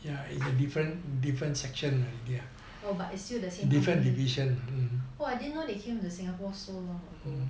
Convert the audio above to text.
oh but it's still the same company I didn't know they came into singapore so long ago